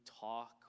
talk